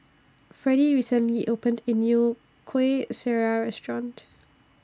Freddie recently opened A New Kuih Syara Restaurant